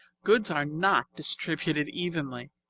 goods are not distributed evenly.